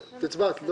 להקריא.